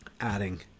adding